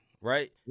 right